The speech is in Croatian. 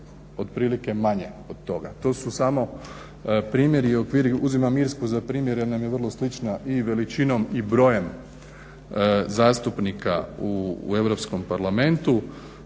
otprilike manje od toga. To su samo primjeri i okviri, uzimam Irsku za primjer jer nam je vrlo slična i veličinom i brojem zastupnika u Europskom parlamentu.